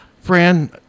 Fran